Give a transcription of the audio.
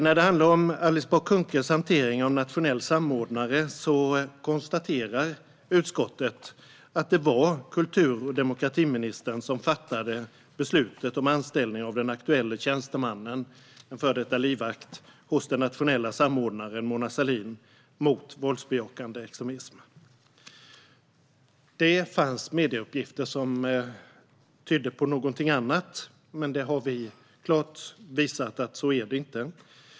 När det handlar om Alice Bah Kuhnkes hantering av den nationella samordnaren konstaterar utskottet att det var kultur och demokratiministern som fattade beslutet om anställning av den aktuelle tjänstemannen, en före detta livvakt, hos den nationella samordnaren mot våldsbejakande extremism, Mona Sahlin. Det fanns medieuppgifter som tydde på någonting annat, men vi har klart visat att det inte är så.